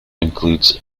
includes